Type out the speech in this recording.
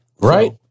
Right